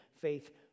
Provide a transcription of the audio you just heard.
faith